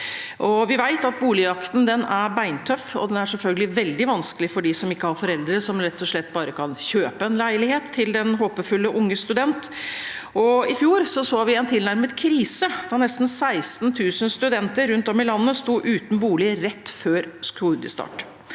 Vi vet at boligjakten er beintøff, og det er selvfølgelig veldig vanskelig for dem som ikke har foreldre som rett og slett bare kan kjøpe en leilighet til den håpefulle unge student. I fjor så vi en tilnærmet krise da nesten 16 000 studenter rundt om i landet sto uten bolig rett før studiestart.